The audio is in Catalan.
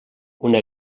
una